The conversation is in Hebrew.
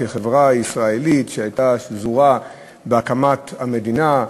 כחברה ישראלית שהייתה שזורה בהקמת המדינה,